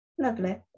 Lovely